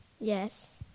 Yes